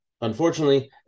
Unfortunately